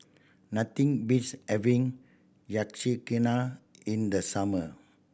nothing beats having Yakizakana in the summer